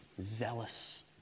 zealous